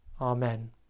Amen